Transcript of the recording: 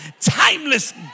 timeless